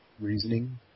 reasoning